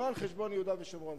לא על חשבון יהודה ושומרון.